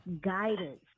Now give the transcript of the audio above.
guidance